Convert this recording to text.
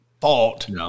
fault